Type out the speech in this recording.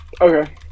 Okay